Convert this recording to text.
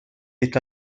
est